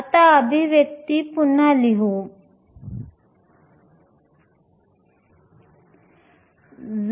आता अभिव्यक्ती पुन्हा लिहूया